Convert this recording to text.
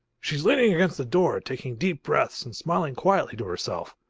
she's leaning against the door, taking deep breaths and smiling quietly to herself.